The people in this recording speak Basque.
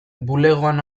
bulegoan